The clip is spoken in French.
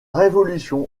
révolution